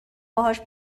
باهاش